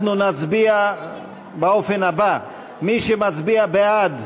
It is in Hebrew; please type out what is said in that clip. אנחנו נצביע באופן הזה: מי שמצביע בעד,